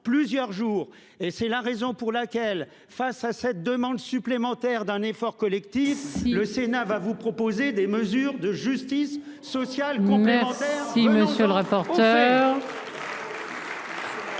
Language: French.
plusieurs jours et c'est la raison pour laquelle face à cette demande supplémentaire d'un effort les. This. Le Sénat va vous proposer des mesures de justice sociale qu'on. Si monsieur le rapporteur.